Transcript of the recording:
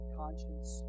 conscience